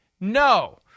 No